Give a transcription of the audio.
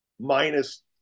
minus